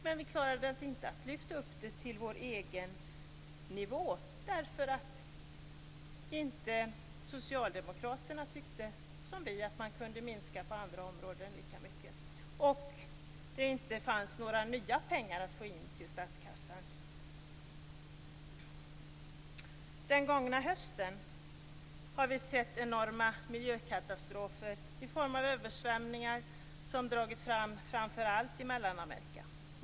Men vi klarade inte att lyfta upp det till vår egen nivå eftersom Socialdemokraterna inte tyckte som vi att man kunde minska lika mycket på andra områden och det inte fanns några nya pengar att få in till statskassan. Den gångna hösten har vi sett enorma miljökatastrofer i form av översvämningar som dragit fram framför allt i Mellanamerika.